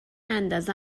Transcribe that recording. اندازه